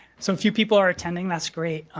some few people are attending. that's great.